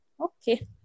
okay